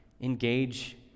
engage